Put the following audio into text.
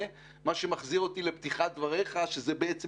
מה שמחזיר אותי לפתיחת דבריך ולקריאה לבחון